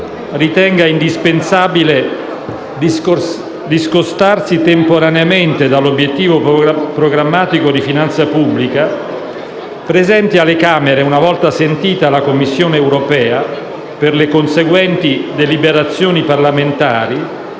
ritenga indispensabile discostarsi temporaneamente dall'obiettivo programmatico di finanza pubblica, presenti alle Camere, una volta sentita la Commissione europea, per le conseguenti deliberazioni parlamentari,